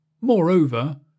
Moreover